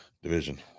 Division